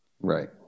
Right